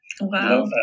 Wow